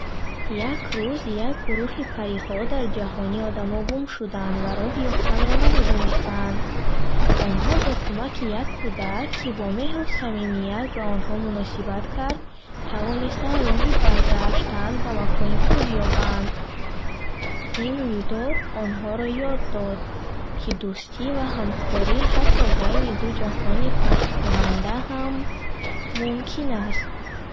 Як рӯз як гурӯҳи париҳо дар ҷаҳони одамон гум шуданд ва роҳ ёфтанро намедонистанд. Онҳо бо кӯмаки як кӯдак, ки бо меҳру самимият бо онҳо муносибат кард, тавонистанд роҳи баргаштан ба макони худ ёбед. Ин рӯйдод онҳоро ёд дод, ки дӯстӣ ва ҳамкорӣ ҳатто байни ду ҷаҳони фарқкунанда ҳам мумкин аст.